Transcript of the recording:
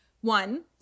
One